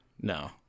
No